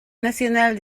national